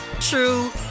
true